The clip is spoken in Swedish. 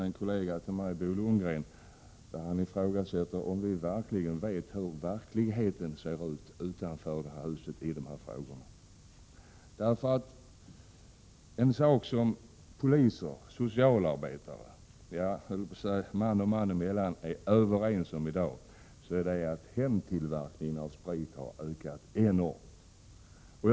En kollega till mig, Bo Lundgren, har ifrågasatt om vi verkligen vet hur verkligheten ser ut utanför detta hus i de här frågorna. En sak som poliser, socialarbetare och folk i allmänhet är överens om i dag är att hemtillverkningen av sprit har ökat enormt.